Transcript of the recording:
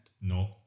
No